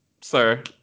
sir